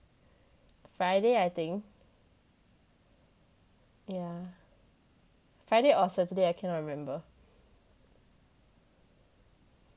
friday I think yeah friday or saturday I cannot remember